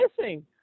missing